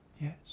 Yes